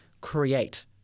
create